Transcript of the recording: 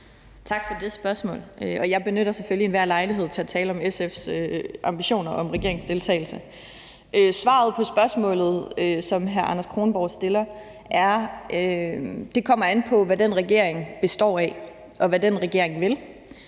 Tak for det spørgsmål. Jeg benytter selvfølgelig enhver lejlighed til at tale om SF's ambitioner om regeringsdeltagelse. Svaret på spørgsmålet, som hr. Anders Kronborg stiller, er, at det kommer an på, hvad den regering består af, hvad den regering vil,